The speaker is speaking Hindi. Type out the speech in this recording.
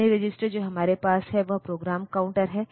अन्य रजिस्टर जो हमारे पास है वह प्रोग्राम काउंटर है